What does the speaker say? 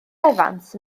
evans